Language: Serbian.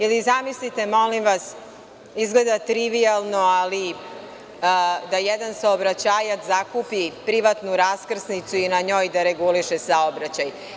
Ili, zamislite molim vas, izgleda trivijalno, ali da jedan saobraćajac zakupi privatnu raskrsnicu i na njoj da reguliše saobraćaj.